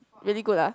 really good lah